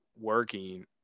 working